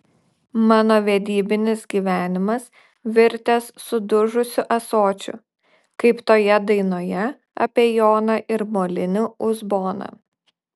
mano vedybinis gyvenimas virtęs sudužusiu ąsočiu kaip toje dainoje apie joną ir molinį uzboną